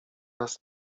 nas